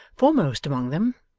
foremost among them,